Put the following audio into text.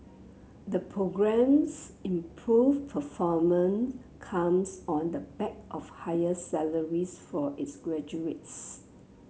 the programme's improved performance comes on the back of higher salaries for its graduates